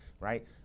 right